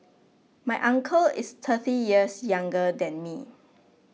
my uncle is thirty years younger than me